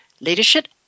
leadership